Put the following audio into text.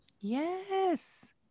Yes